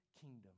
kingdom